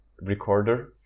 recorder